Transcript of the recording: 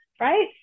right